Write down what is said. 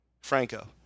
Franco